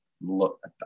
Look